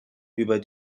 über